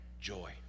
joy